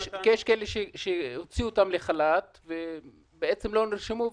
יש כאלה שהוציאו אותם לחל"ת ולא נרשמו.